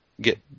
get